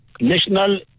National